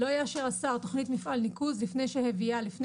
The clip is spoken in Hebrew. לא יאשר השר תכנית מפעל ניקוז לפני שהביאה לפני